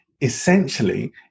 Essentially